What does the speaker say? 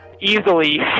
easily